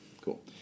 cool